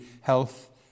health